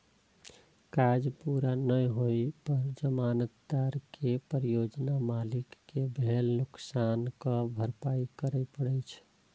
काज पूरा नै होइ पर जमानतदार कें परियोजना मालिक कें भेल नुकसानक भरपाइ करय पड़ै छै